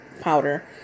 powder